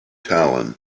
talon